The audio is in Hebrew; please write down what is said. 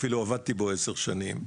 אפילו עבדתי בו עשר שנים,